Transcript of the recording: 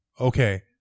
Okay